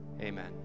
amen